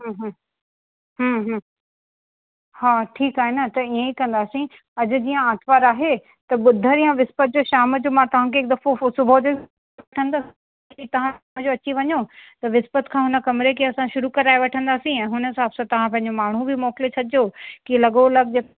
हम्म हम्म हम्म हम्म हा ठीकु आहे न त इअं ई कंदासीं अॼु जीअं आर्तवार आहे त ॿुधर या विस्पत जो शाम जो मां तव्हांखे हिकु दफ़ो इंफ़ोर्स कंदसि तव्हां अची वञो त विस्पत खां हुन कमरे खे असां शुरू कराए वठंदासीं ऐं हुन हिसाब सां तव्हां पंहिंजो माण्हू बि मोकिले छॾिजो कि लॻो लॻ